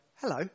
hello